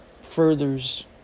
furthers